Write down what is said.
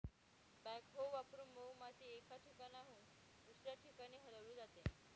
backhoe वापरून मऊ माती एका ठिकाणाहून दुसऱ्या ठिकाणी हलवली जाते